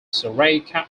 surrey